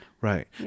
Right